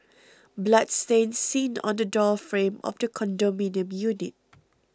blood stain seen on the door frame of the condominium unit